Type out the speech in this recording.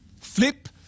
Flip